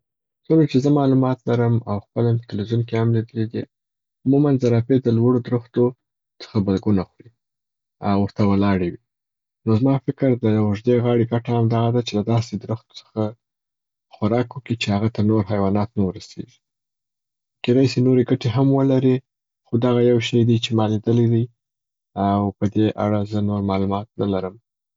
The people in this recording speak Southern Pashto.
څونه چې زه معلومات لرم، او خپله مي په ټلویزیون کې هم لیدلي دي، عموماً زرافې د لوړو درختو څخه بلګو خوري او ورته ولاړي وي. نو زما په فکر د یو اوږدې غاړي ګټه هم دغه ده چې د داسي درختو څخه خوراک وکي چې هغه ته نور حیوانات نه ورسیږي. کیدای سي نوري ګټې هم ولري خو دغه یو شی دی چې ما لیدلی دی، او په دې اړه زه نور معلومات نلرم.